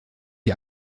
die